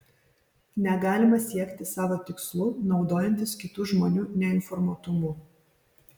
negalima siekti savo tikslų naudojantis kitų žmonių neinformuotumu